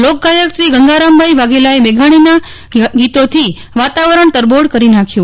લોકગાયક શ્રી ગંગારામભાઈ વાઘેલાએ મેઘાણીના ગીતોથી વાતાવરણ તરબોળ કરી નાખ્યું